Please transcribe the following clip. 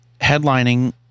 headlining